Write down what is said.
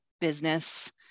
business